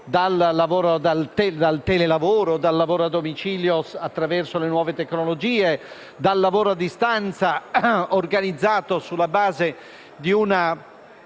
dal telelavoro e dal lavoro a domicilio attraverso le nuove tecnologie, ossia dal lavoro a distanza organizzato sulla base di una